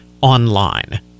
online